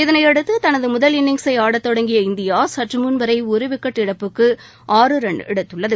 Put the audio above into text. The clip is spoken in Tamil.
இதனையடுத்து தனது முதல் இன்னிங்சை ஆடத்தொடங்கிய இந்தியா சற்றமுள் வரை விக்கெட் இழப்புக்கு ரன் எடுத்துள்ளது